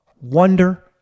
wonder